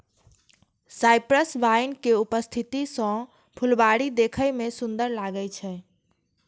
cypress vine के उपस्थिति सं फुलबाड़ी देखै मे सुंदर लागै छै